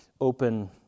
open